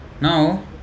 Now